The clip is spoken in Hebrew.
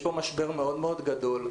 יש פה משבר מאוד גדול.